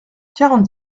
quarante